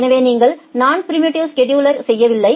எனவே நீங்கள் நான் ப்ரீம்ப்டிவ் ஸ்செடுலிங் செய்யவில்லை